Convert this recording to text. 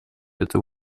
этой